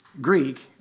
Greek